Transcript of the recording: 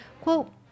quote